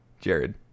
Jared